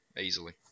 Easily